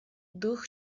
doug